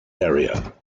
area